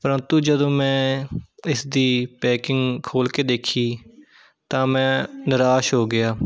ਪ੍ਰੰਤੂ ਜਦੋਂ ਮੈਂ ਇਸ ਦੀ ਪੈਕਿੰਗ ਖੋਲ੍ਹ ਕੇ ਦੇਖੀ ਤਾਂ ਮੈਂ ਨਿਰਾਸ਼ ਹੋ ਗਿਆ